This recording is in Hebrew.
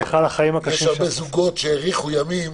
יש הרבה זוגות שהאריכו ימים